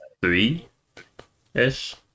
three-ish